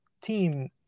Team